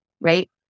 Right